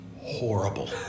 horrible